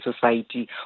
society